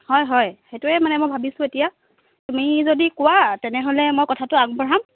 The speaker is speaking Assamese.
হয় হয় সেইটোৱে মানে মই ভাবিছোঁ এতিয়া তুমি যদি কোৱা তেনেহ'লে মই কথাটো আগবঢ়াম